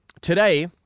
Today